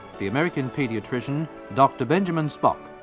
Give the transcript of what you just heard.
the american paediatrician dr benjamin spock,